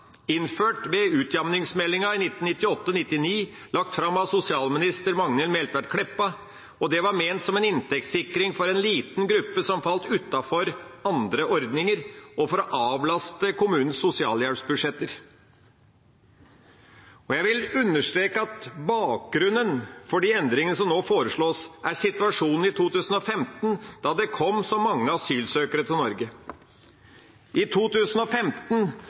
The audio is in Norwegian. innført ved utjamningsmeldinga i 1998–1999, som ble lagt fram av sosialminister Magnhild Meltveit Kleppa, og den var ment som en inntektssikring for en liten gruppe som falt utenfor andre ordninger og for å avlaste kommunenes sosialhjelpsbudsjetter. Jeg vil understreke at bakgrunnen for de endringene som nå foreslås, er situasjonen i 2015, da det kom mange asylsøkere til Norge. I 2015